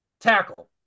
tackle